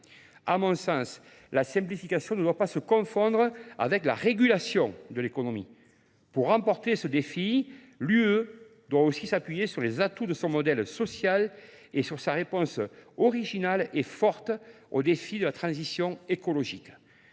À mon sens, la simplification ne doit pas se confondre avec la régulation de l'économie. Pour remporter ce défi, l'UE doit aussi s'appuyer sur les atouts de son modèle social et sur sa réponse originale et forte au défi de la transition écologique.